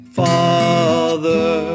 father